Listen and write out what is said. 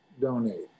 donate